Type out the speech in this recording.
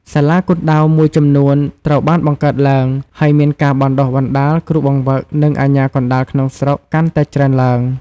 សាលាគុនដាវមួយចំនួនត្រូវបានបង្កើតឡើង ហើយមានការបណ្តុះបណ្តាលគ្រូបង្វឹក និងអាជ្ញាកណ្តាលក្នុងស្រុកកាន់តែច្រើនឡើង។